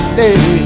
day